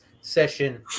session